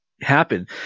happen